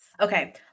Okay